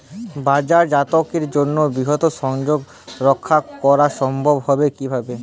বাজারজাতকরণের জন্য বৃহৎ সংযোগ রক্ষা করা সম্ভব হবে কিভাবে?